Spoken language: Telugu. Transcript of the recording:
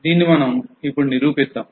దీన్ని మనం ఇప్పుడు నిరూపిద్దాం